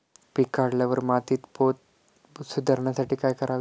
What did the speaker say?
पीक काढल्यावर मातीचा पोत सुधारण्यासाठी काय करावे?